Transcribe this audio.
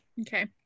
okay